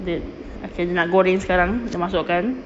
the okay nak goreng sekarang dia masukkan